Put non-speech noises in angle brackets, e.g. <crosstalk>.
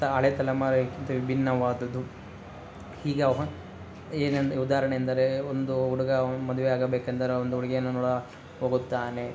ತ ಹಳೆ ತಲೆಮಾರಿಗಿಂತ ವಿಭಿನ್ನವಾದದ್ದು ಹೀಗೆ <unintelligible> ಏನೆಂದು ಉದಾಹರ್ಣೆ ಎಂದರೆ ಒಂದು ಹುಡುಗ ಮದುವೆ ಆಗಬೇಕೆಂದರೆ ಒಂದು ಹುಡ್ಗಿಯನ್ನು ನೋಡಾ ಹೋಗುತ್ತಾನೆ